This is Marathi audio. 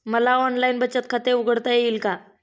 मला ऑनलाइन बचत खाते उघडता येईल का?